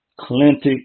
clinic